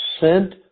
sent